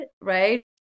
right